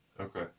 Okay